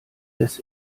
des